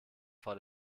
vor